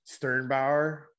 Sternbauer